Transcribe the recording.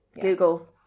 Google